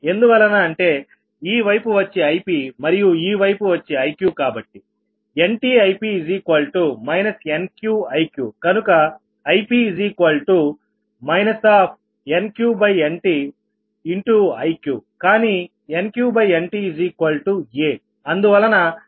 ఎందువలన అంటే ఈ వైపు వచ్చి Ipమరియు ఈ వైపు వచ్చి Iqకాబట్టి NtIp NqIqకనుక Ip NqNtIqకానీ NqNtaఅందువలన Ip aIq